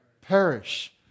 perish